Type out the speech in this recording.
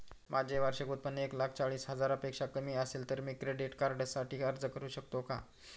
माझे वार्षिक उत्त्पन्न एक लाख चाळीस हजार पेक्षा कमी असेल तर मी क्रेडिट कार्डसाठी अर्ज करु शकतो का?